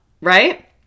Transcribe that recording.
right